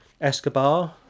Escobar